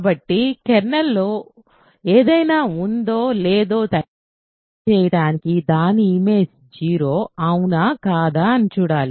కాబట్టి కెర్నల్లో ఏదైనా ఉందో లేదో తనిఖీ చేయడానికి దాని ఇమేజ్ 0 అవునా కాదా అని చూడాలి